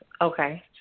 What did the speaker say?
Okay